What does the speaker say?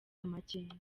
amakenga